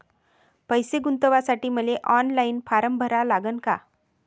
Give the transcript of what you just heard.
पैसे गुंतवासाठी मले ऑनलाईन फारम भरा लागन का?